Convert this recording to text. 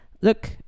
look